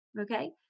Okay